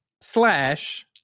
slash